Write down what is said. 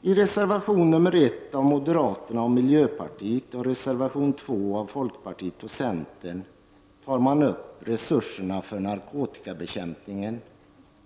Jag övergår nu till att kommentera reservationerna, I reservation nr 1 av moderaterna och miljöpartiet och i reservation nr 2 av folkpartiet och centerpartiet tar man upp resurserna för narkotikabekämpningen